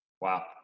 wow